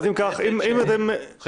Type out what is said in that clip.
הוא יכול